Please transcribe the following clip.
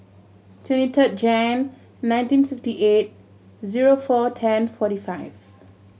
twenty third Jan nineteen fifty eight zero four ten forty five